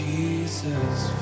Jesus